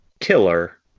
killer